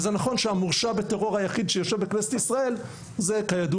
וזה נכון שהמורשע בטרור היחיד שיושב בכנסת ישראל הוא כידוע